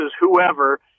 whoever